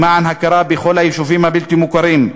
למען הכרה בכל היישובים הבלתי-מוכרים,